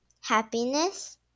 happiness